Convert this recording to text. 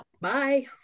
Bye